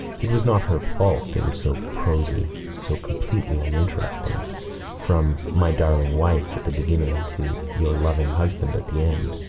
it was not her fault they were so prosy, so completely uninteresting from my darling wife at the beginning, to your loving husband at the end.